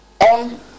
on